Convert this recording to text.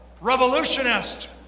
revolutionist